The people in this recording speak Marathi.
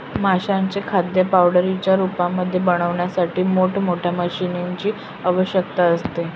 माशांचं खाद्य पावडरच्या रूपामध्ये बनवण्यासाठी मोठ मोठ्या मशीनीं ची आवश्यकता असते